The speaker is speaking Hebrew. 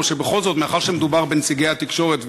או שבכל זאת מאחר שמדובר בנציגי התקשורת,